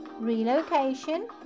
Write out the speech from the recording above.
relocation